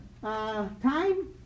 time